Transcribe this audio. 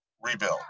rebuild